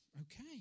okay